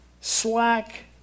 slack